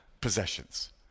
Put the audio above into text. possessions